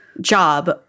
job